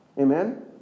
Amen